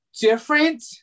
different